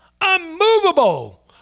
unmovable